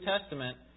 Testament